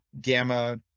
gamma